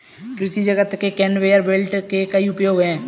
कृषि जगत में कन्वेयर बेल्ट के कई उपयोग हैं